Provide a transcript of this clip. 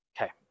Okay